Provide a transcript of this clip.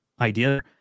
idea